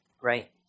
right